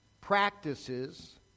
practices